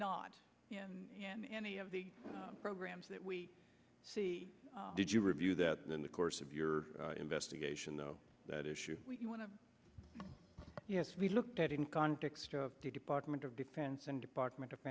not an any of the programs that we see did you review that in the course of your investigation though that issue you want to yes we looked at in context of the department of defense and department of